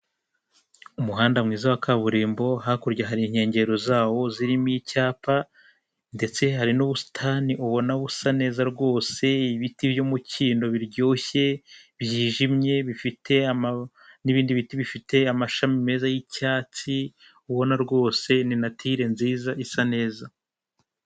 Umuhanda mwiza wa kaburimbo hakurya hari inkengero zawo zirimo icyapa ndetse hari n'ubusitani ubona busa neza rwose ibiti by'umukindo biryoshye byijimye bifite n'ibindi biti bifite amashami meza y'icyatsi ubona rwose ni natire nziza isa neza.